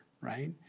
right